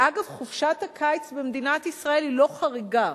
ואגב, חופשת הקיץ במדינת ישראל היא לא חריגה.